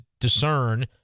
discern